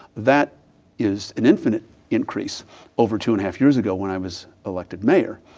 that is an infinite increase over two and half years ago when i was elected mayor.